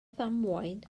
ddamwain